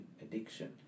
addiction